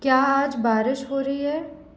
क्या आज बारिश हो रही है